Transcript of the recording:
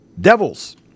devils